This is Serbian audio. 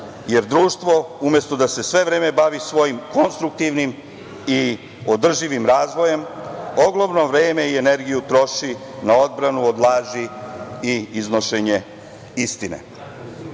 jer društvo umesto da se sve vreme bavi svojim konstruktivnim i održivim razvojem, ogromno vreme i energiju troši na odbranu od laži i iznošenje